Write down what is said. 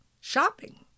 shopping